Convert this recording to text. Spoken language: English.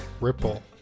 Ripple